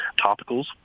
topicals